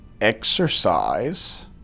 exercise